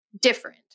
different